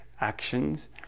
actions